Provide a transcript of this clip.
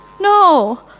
No